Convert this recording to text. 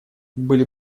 были